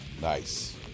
nice